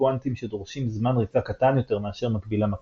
קוונטיים שדורשים זמן ריצה קטן יותר מאשר מקבילם הקלסי.